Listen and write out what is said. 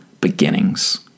beginnings